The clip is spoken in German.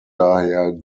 daher